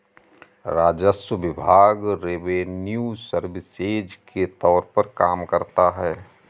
राजस्व विभाग revenue services के तौर पर काम करता है